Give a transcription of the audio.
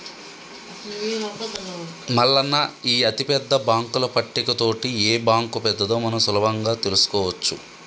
మల్లన్న ఈ అతిపెద్ద బాంకుల పట్టిక తోటి ఏ బాంకు పెద్దదో మనం సులభంగా తెలుసుకోవచ్చు